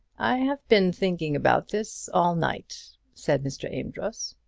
i have been thinking about this all night, said mr. amedroz.